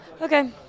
okay